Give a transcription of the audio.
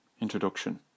Introduction